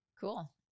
Cool